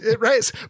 right